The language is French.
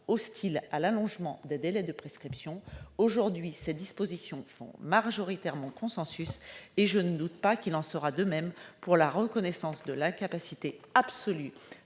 hostile à l'allongement des délais de prescription. Aujourd'hui, ces dispositions font presque consensus, et je ne doute pas qu'il en sera de même, à l'avenir, pour la reconnaissance de l'incapacité absolue